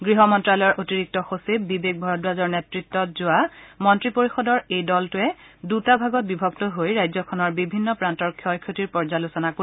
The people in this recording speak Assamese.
গৃহ মন্ত্যালয়ৰ অতিৰিক্ত সচিব বিবেক ভৰদ্বাজৰ নেতত্বৰ যোৱা মন্ত্ৰী পৰিয়দৰ এই দলটোৱে দুটা ভাগত বিভক্ত হৈ ৰাজ্যখনৰ বিভিন্ন প্ৰান্তৰ ক্ষয় ক্ষতিৰ পৰ্যালোচনা কৰিব